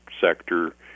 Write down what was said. sector